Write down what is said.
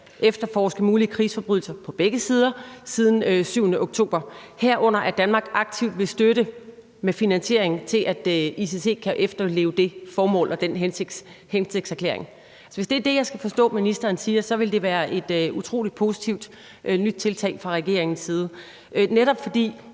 efterforske mulige krigsforbrydelser på begge sider siden 7. oktober, herunder at Danmark aktivt vil støtte det med finansiering, så ICC kan efterleve det formål og den hensigtserklæring. Så hvis det er det, som jeg skal forstå ministeren siger, så ville det være et utrolig positivt nyt tiltag fra regeringens side. Det er